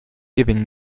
giving